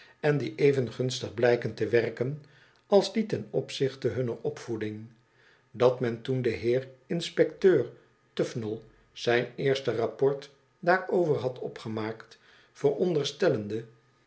en die even gunstig blijken te werken als die ton opzicht hunner opvoeding dat men toen de heer inspecteur tufnell zijn eerste rapport daarover had opgemaakt